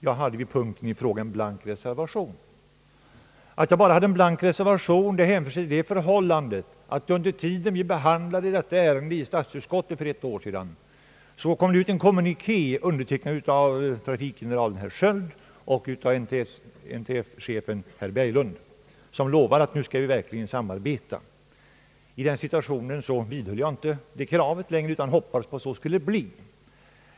Jag hade vid punkten i fråga fogat en blank reservation. Det förhållandet att reservationen var blank be: rodde på att under den tid vi behandlade detta ärende i statsutskottet för ett år sedan sändes ut en kommuniké, undertecknad av trafikgeneralen herr Sköld och NTF-chefen herr Berglund, som lovade att de verkligen skulle samarbeta. I den situationen vidhöll jag inte mitt krav utan hoppades att samarbetet skulle bli bättre.